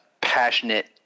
passionate